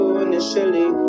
initially